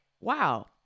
wow